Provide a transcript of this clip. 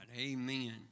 Amen